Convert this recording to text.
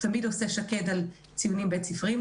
המשרד תמיד עושה שק"ד על ציונים בית-ספריים,